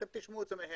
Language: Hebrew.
אתם תשמעו את זה מהם.